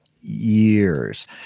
years